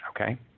Okay